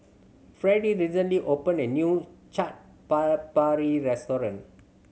Fredie recently opened a new Chaat Papri Restaurant